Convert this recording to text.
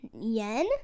yen